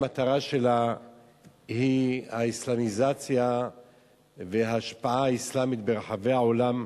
המטרה שלה היא האסלאמיזציה וההשפעה האסלאמית ברחבי העולם,